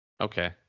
Okay